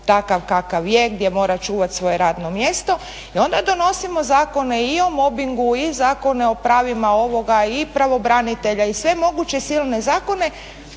takav kakav je, gdje mora čuvati svoje radno mjesto, i onda donosimo zakone i o mobbingu, i zakone o pravima ovoga i pravobranitelja, i sve moguće silne zakone,